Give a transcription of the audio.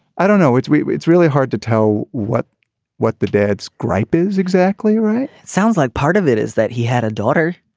i don't know it's it's really hard to tell what what the dads gripe is exactly right sounds like part of it is that he had a daughter